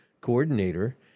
coordinator